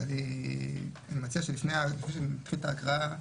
אני מציע שלפני שנתחיל את ההקראה,